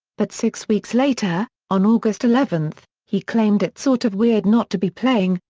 but six weeks later, on august eleven, he claimed it's sort of weird not to be playing,